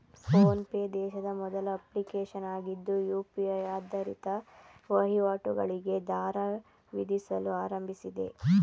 phone pay ದೇಶದ ಮೊದಲ application ಆಗಿದ್ದು ಯು.ಪಿ.ಐ ಆಧಾರಿತ ವಹಿವಾಟುಗಳಿಗೆ ದರ ವಿಧಿಸಲು ಆರಂಭಿಸಿದೆ